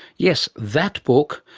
yes, that book,